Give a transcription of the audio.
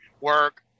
work